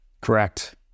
Correct